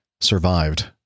survived